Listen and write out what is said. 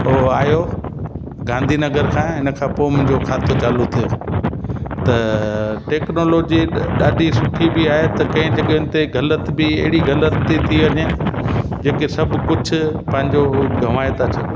उहो आहियो गांधीनगर खां हिन खां पोइ मुंहिंजो खातो चालू थियो त टैक्नोलॉजी ॾाढी सुठी बि आहे त कंहिं जॻहियुनि ते ग़लति बि अहिड़ी ग़लति थी थी वञे जेके सभु कुझु पंहिंजो उहो गवाइ था छॾूं